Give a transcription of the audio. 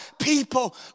people